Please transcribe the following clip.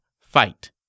fight